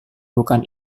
bukan